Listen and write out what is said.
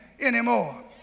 anymore